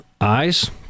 eyes